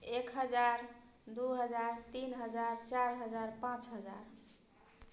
एक हजार दू हजार तीन हजार चारि हजार पाँच हजार